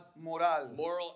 Moral